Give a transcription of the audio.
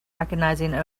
recognizing